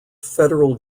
federal